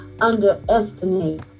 underestimate